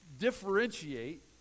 differentiate